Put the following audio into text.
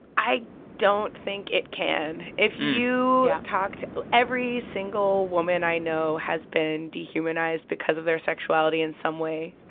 i don't think it can. if you talk to every single woman i know has been dehumanized because of their sexuality in some way.